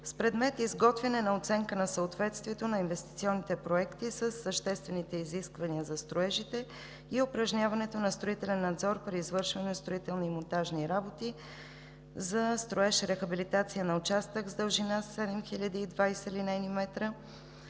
с предмет изготвяне на оценка на съответствието на инвестиционните проекти със съществените изисквания за строежите и упражняването на строителен надзор при извършване на строителни и монтажни работи за строеж „Рехабилитация на участък с дължина 7020 линейни метра